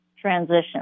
transition